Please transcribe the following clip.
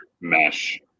mesh